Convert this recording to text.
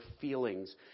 feelings